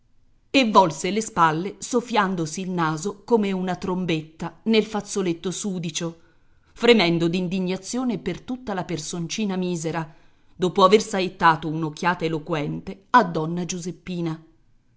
e volse le spalle soffiandosi il naso come una trombetta nel fazzoletto sudicio fremendo d'indignazione per tutta la personcina misera dopo aver saettato un'occhiata eloquente a donna giuseppina